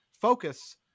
Focus